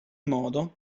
modo